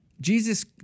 Jesus